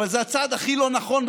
אבל זה הצעד הכי לא נכון.